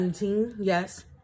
Yes